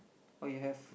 okay have